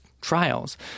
trials